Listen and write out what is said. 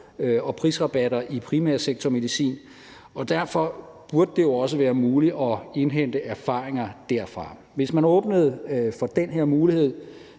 og prisrabatter i forbindelse med primærsektormedicin, og derfor burde det jo også være muligt at indhente erfaringer derfra. Hvis man åbnede for den her mulighed,